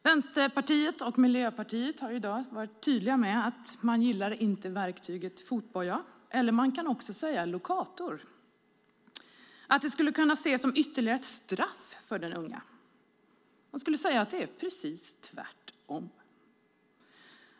Vänsterpartiet och Miljöpartiet har varit tydliga med att de inte gillar verktyget fotboja, eller lokator som man också kan säga. Det skulle kunna ses som ytterligare ett straff för de unga. Jag skulle säga att det är precis tvärtom.